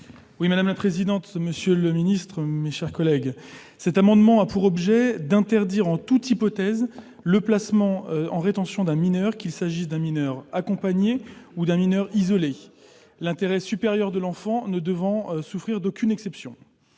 est ainsi libellé : La parole est à M. Xavier Iacovelli. Cet amendement a pour objet d'interdire en toute hypothèse le placement en rétention d'un mineur, qu'il s'agisse d'un mineur accompagné ou d'un mineur isolé, l'intérêt supérieur de l'enfant ne devant souffrir aucune exception.